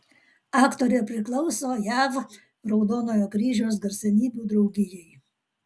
aktorė priklauso jav raudonojo kryžiaus garsenybių draugijai